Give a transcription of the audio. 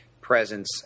presence